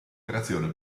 creazione